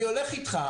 אני הולך אתך,